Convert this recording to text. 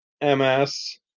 MS